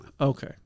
Okay